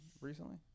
recently